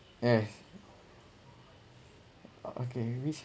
eh okay which